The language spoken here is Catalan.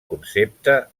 concepte